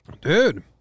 Dude